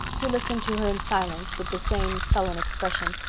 he listened to her in silence, with the same sullen expression,